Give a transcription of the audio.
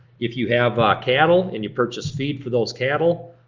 if you have cattle and you purchase feed for those cattle,